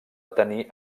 tenir